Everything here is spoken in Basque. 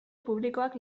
publikoak